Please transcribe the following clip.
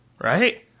Right